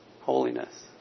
holiness